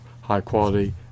high-quality